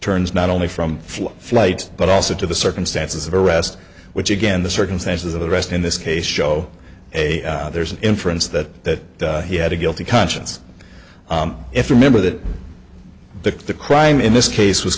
turns not only from flight but also to the circumstances of arrest which again the circumstances of the rest in this case show a there's an inference that he had a guilty conscience if you remember that the the crime in this case was